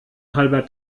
halber